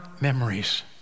memories